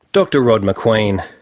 dr rod macqueen.